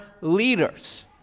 leaders